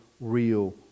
real